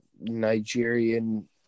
Nigerian